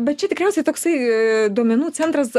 bet čia tikriausiai toksai duomenų centras